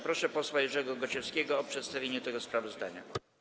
Proszę posła Jerzego Gosiewskiego o przedstawienie tego sprawozdania.